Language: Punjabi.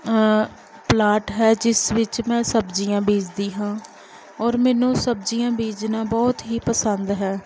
ਪਲਾਟ ਹੈ ਜਿਸ ਵਿੱਚ ਮੈਂ ਸਬਜ਼ੀਆਂ ਬੀਜਦੀ ਹਾਂ ਔਰ ਮੈਨੂੰ ਸਬਜ਼ੀਆਂ ਬੀਜਣਾ ਬਹੁਤ ਹੀ ਪਸੰਦ ਹੈ